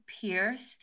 pierced